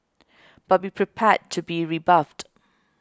but be prepared to be rebuffed